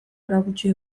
erakutsi